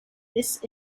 this